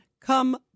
come